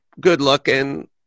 good-looking